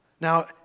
Now